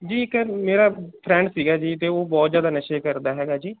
ਜੀ ਇੱਕ ਮੇਰਾ ਫਰੈਂਡ ਸੀਗਾ ਜੀ ਅਤੇ ਉਹ ਬਹੁਤ ਜ਼ਿਆਦਾ ਨਸ਼ੇ ਕਰਦਾ ਹੈਗਾ ਜੀ